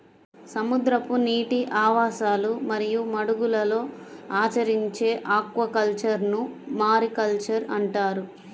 సముద్రపు నీటి ఆవాసాలు మరియు మడుగులలో ఆచరించే ఆక్వాకల్చర్ను మారికల్చర్ అంటారు